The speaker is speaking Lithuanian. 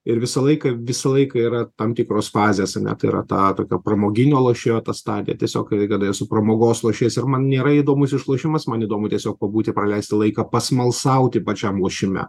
ir visą laiką visą laiką yra tam tikros fazės na tai yra ta tokia pramoginio lošėjo ta stadija tiesiog tai kada esu pramogos lošėjas ir man nėra įdomus išlošimas man įdomu tiesiog pabūti praleisti laiką pasmalsauti pačiam lošime